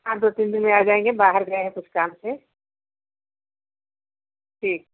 हाँ दो तीन दिन में आ जाएँगे बाहर गए हैं कुछ काम से ठीक